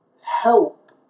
help